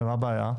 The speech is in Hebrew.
מה הבעיה?